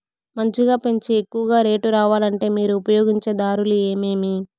మంచిగా పెంచే ఎక్కువగా రేటు రావాలంటే మీరు ఉపయోగించే దారులు ఎమిమీ?